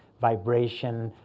vibration,